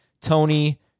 Tony